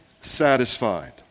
satisfied